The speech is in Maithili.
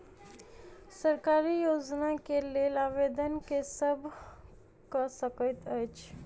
सरकारी योजना केँ लेल आवेदन केँ सब कऽ सकैत अछि?